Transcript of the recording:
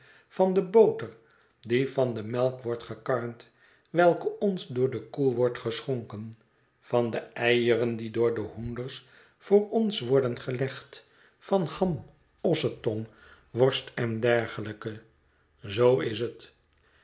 van de boter die van de melk wordt gekarnd welke ons door de koe wordt geschonken van de eieren die door de hoenders voor ons worden gelegd van ham ossetong worst en dergelijke zoo is het